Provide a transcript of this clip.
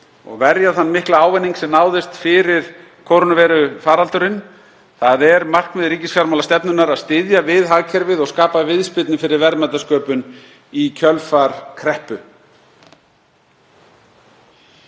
og verja þann mikla ávinning sem náðist fyrir kórónuveirufaraldurinn. Það er markmið ríkisfjármálastefnunnar að styðja við hagkerfið og skapa viðspyrnu fyrir verðmætasköpun í kjölfar kreppu.